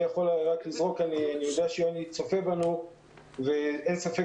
אני יודע שיוני בן דור צופה בנו ואין ספק